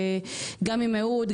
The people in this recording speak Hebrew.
גם עם אהוד,